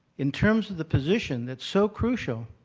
in terms of the position that's so crucial,